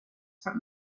from